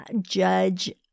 judge